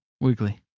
Weekly